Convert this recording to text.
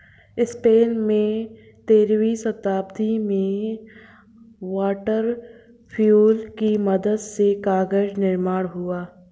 Spain में तेरहवीं शताब्दी में वाटर व्हील की मदद से कागज निर्माण हुआ